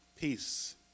Peace